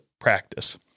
practice